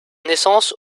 naissance